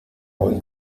buen